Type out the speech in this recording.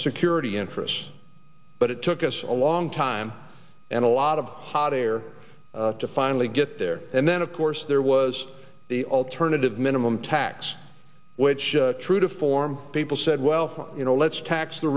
security interests but it took us a long time and a lot of hot air to finally get there and then of course there was the alternative minimum tax which true to form people said well you know let's tax the